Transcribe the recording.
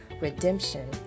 redemption